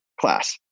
class